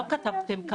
לא כתבתם.